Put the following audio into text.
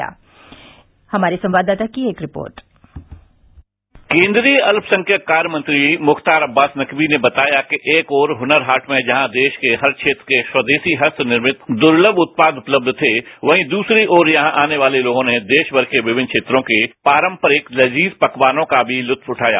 एक रिपोर्ट हमारे संवाददाता की केंद्रीय अल्पसंख्यक कार्य मंत्री मुख्तार अब्बास नकवी ने बताया कि एक ओर हुनर हाट में जहाँ देश के हर क्षेत्र के स्वदेशी हस्तनिर्मित दुर्लभ उत्पाद उपलब्ध थे वहीं दूसरी और यहाँ आने वाले लोगों ने देशभर के विभिन्न क्षेत्रों के पारम्परिक लजीज पकवानों का भी लुत्फ उगया